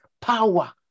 power